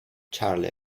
charlie